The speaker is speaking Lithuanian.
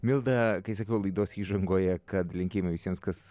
milda kai sakiau laidos įžangoje kad linkėjimai visiems kas